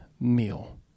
meal